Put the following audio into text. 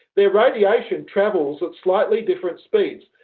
their radiation travels at slightly different speeds.